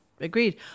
Agreed